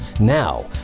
Now